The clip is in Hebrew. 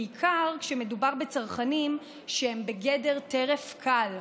בעיקר כשמדובר בצרכנים שהם בגדר "טרף קל",